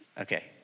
Okay